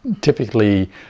typically